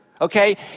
okay